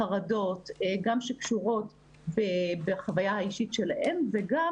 חרדות שגם קשורות בחוויה האישית שלהם וגם